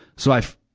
so, i,